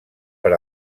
per